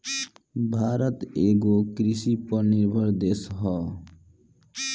भारत एगो कृषि पर निर्भर देश ह